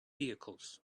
vehicles